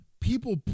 people